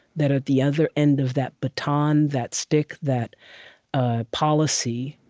that are at the other end of that baton, that stick, that ah policy,